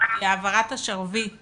השרביט